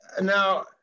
Now